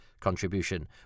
contribution